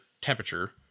temperature